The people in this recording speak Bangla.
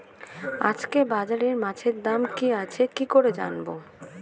আজকে বাজারে মাছের দাম কি আছে কি করে জানবো?